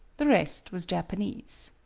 the rest was japanese.